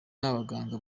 n’abaganga